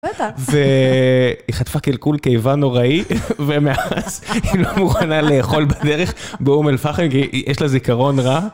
והיא חטפה קלקול כיבה נוראי, ומאז היא לא מוכנה לאכול בדרך באום אל פחם, כי יש לה זיכרון רע